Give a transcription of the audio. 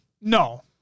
No